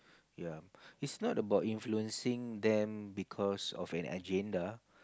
ya it's not about influencing them because of an agenda